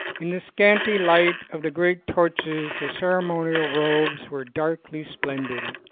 in the scanty light of the great torches the ceremonial robes were darkly splendid.